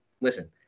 listen